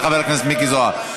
תודה רבה, חבר הכנסת מיקי זוהר.